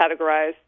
categorized